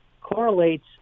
correlates